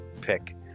pick